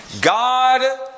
God